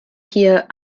hier